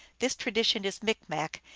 this tradition is micmac,